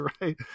right